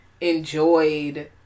enjoyed